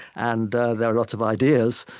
and there are lots of ideas,